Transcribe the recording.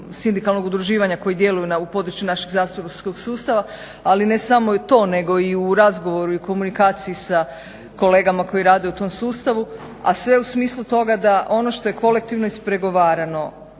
sindikalnog udruživanja koji djeluju u području našeg zatvorskog sustava. Ali ne samo i to nego i u razgovoru i u komunikaciji sa kolegama koji rade u tom sustavu a sve u smislu toga da ono što je kolektivno ispregovarano.